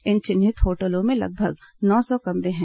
इन चिन्हित होटलों में लगभग नौ सौ कमरे हैं